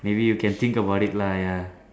maybe you can think about it lah ya